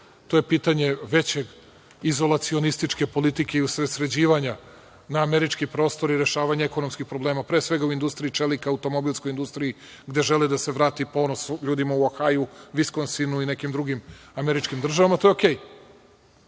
to je pitanje veće izolacionističke politike i usredsređivanja na američki prostor i rešavanje ekonomskih problema, pre svega u industriji čelika, automobilskoj industriji, gde žele da se vrati ponos ljudima u Ohaju, Viskonsinu i nekim drugim američkim državama. To je okej. Ono